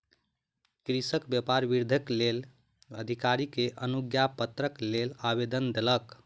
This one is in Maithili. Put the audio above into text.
कृषक व्यापार वृद्धिक लेल अधिकारी के अनुज्ञापत्रक लेल आवेदन देलक